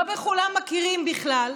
ולא בכולם מכירים בכלל.